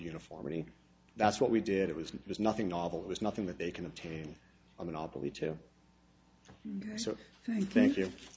uniformity that's what we did it was it was nothing novel there's nothing that they can obtain a monopoly to so i think if